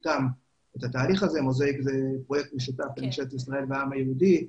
זה פרויקט משותף לממשלת ישראל והעם היהודי,